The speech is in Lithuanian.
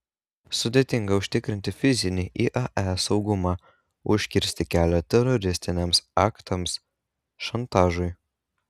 sudėtinga užtikrinti fizinį iae saugumą užkirsti kelią teroristiniams aktams šantažui